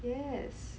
yes